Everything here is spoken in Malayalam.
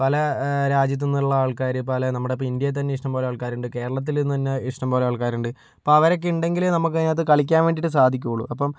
പല രാജ്യത്ത് നിന്നുമുള്ള ആൾക്കാര് പല നമ്മുടെ ഇപ്പോൾ ഇന്ത്യയിൽത്തന്നെ ഇഷ്ടംപോലെ ആൾക്കാരുണ്ട് കേരളത്തിൽ നിന്ന് തന്നെ ഇഷ്ടംപോലെ ആൾക്കാരുണ്ട് അപ്പോൾ അവരൊക്കെ ഉണ്ടെങ്കിലേ നമുക്കതിനകത്ത് കളിക്കാൻ വേണ്ടിയിട്ട് സാധിക്കുകയുള്ളു അപ്പോൾ